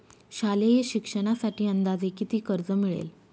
शालेय शिक्षणासाठी अंदाजे किती कर्ज मिळेल?